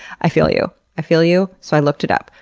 i feel you, i feel you. so, i looked it up.